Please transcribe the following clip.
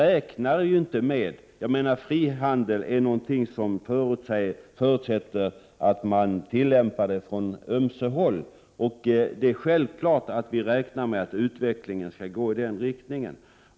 En fungerande frihandel förutsätter att man tillämpar den från ömse håll. Vi räknar självfallet med att utvecklingen skall gå i den riktningen.